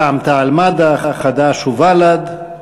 רע"ם-תע"ל-מד"ע, חד"ש ובל"ד.